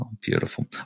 beautiful